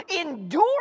endure